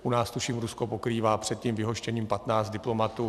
U nás tuším Rusko pokrývá před vyhoštěním 15 diplomatů.